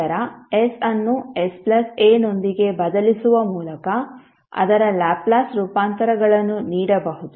ನಂತರ s ಅನ್ನು sa ನೊಂದಿಗೆ ಬದಲಿಸುವ ಮೂಲಕ ಅದರ ಲ್ಯಾಪ್ಲೇಸ್ ರೂಪಾಂತರಗಳನ್ನು ನೀಡಬಹುದು